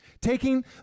Taking